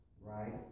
Right